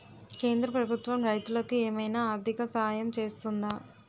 కేంద్ర ప్రభుత్వం రైతులకు ఏమైనా ఆర్థిక సాయం చేస్తుందా?